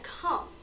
come